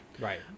right